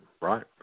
right